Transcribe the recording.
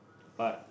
but